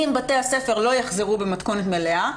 אם בתי הספר לא יחזרו במתכונת מלאה,